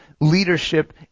leadership